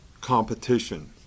competition